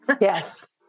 Yes